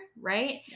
right